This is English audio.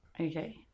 Okay